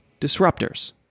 disruptors